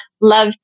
love